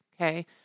okay